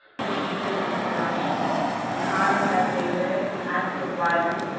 received it with a blush and hardened as they were in acts of violence,